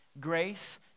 Grace